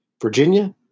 Virginia